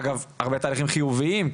אגב תהליכים חיוביים,